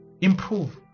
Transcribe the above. Improve